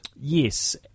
Yes